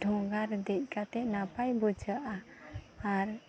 ᱰᱷᱚᱸᱜᱟᱨᱮ ᱫᱮᱡ ᱠᱟᱛᱮ ᱱᱟᱯᱟᱭ ᱵᱩᱡᱷᱟᱹᱜᱼᱟ ᱟᱨ